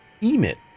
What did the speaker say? EMIT